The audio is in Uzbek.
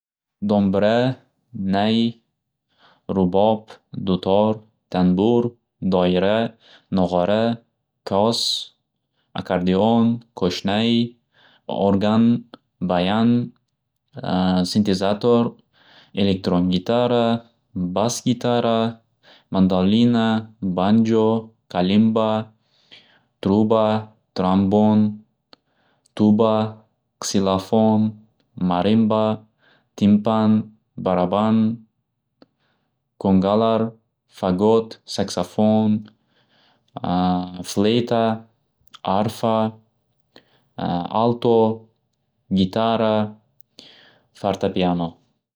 Do'mbira, nay, rubob, dutor, tanbur, doira, nog'ora, toz, akardion, qo'shnay, o'rgan, bayan, sintezator, elektron gitara, bas gitara, mandalina, banjo, kalinba, truba, trambom, tuba, ksilafon, marinba, tinpan, baraban, kongala, fagot, saksafon, sleyta, arfa, alto, gitara, fartapiano.